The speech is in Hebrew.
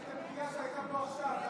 תגנה את הפגיעה שהייתה פה עכשיו.